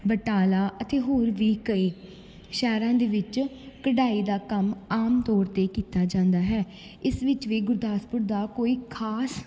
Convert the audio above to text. ਬਟਾਲਾ ਅਤੇ ਹੋਰ ਵੀ ਕਈ ਸ਼ਹਿਰਾਂ ਦੇ ਵਿੱਚ ਕਢਾਈ ਦਾ ਕੰਮ ਆਮ ਤੌਰ 'ਤੇ ਕੀਤਾ ਜਾਂਦਾ ਹੈ ਇਸ ਵਿੱਚ ਵੀ ਗੁਰਦਾਸਪੁਰ ਦਾ ਕੋਈ ਖਾਸ